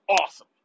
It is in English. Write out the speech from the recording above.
awesome